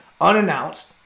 unannounced